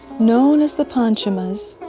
known as the panchamas,